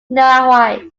nahuatl